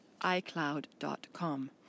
icloud.com